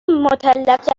مطلقه